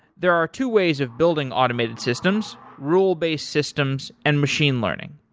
there are two ways of building automated systems rule-based systems and machine learning.